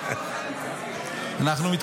אנחנו מנסים להבין אם כבר חנוכה.